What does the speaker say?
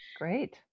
Great